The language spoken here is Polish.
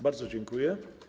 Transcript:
Bardzo dziękuję.